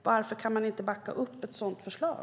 Varför kan man inte backa upp ett sådant förslag?